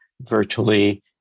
virtually